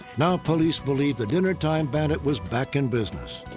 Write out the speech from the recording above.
now police believe the dinnertime bandit was back in business.